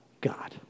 God